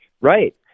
Right